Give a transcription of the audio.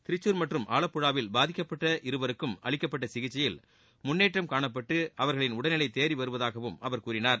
திரிச்சூர் மற்றும் ஆலப்புழாவில் பாதிக்கப்பட்ட இருவருக்கும் அளிக்கப்பட்ட சிகிச்சையில் முன்னேற்றம் காணப்பட்டு அவர்களின் உடல்நிலை தேறி வருவதாகவும் அவர் கூறினார்